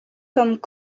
comme